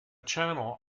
channel